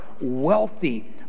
wealthy